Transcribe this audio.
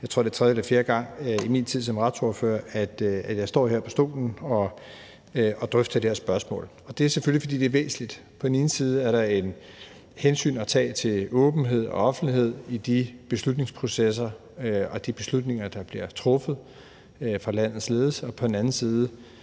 Jeg tror, det er tredje eller fjerde gang i min tid som retsordfører, at jeg står her på talerstolen og er med til at drøfte det her spørgsmål. Det er selvfølgelig, fordi det er væsentligt. På den ene side er der et hensyn at tage til åbenhed og offentlighed i de beslutningsprocesser og de beslutninger, der bliver truffet af landets ledelse,